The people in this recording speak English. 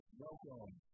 welcome